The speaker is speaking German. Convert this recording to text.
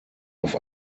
auf